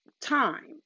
time